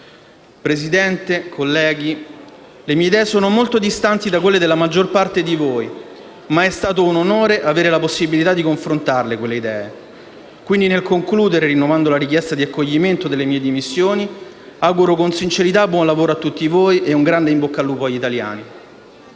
Presidente, colleghi, le mie idee sono molto distanti da quelle della maggior parte di voi, ma è stato un onore avere la possibilità di confrontare quelle idee e quindi, nel concludere rinnovando la richiesta di accoglimento delle mie dimissioni, auguro con sincerità buon lavoro a tutti voi e un grande in bocca al lupo agli italiani.